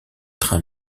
train